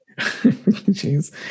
Jeez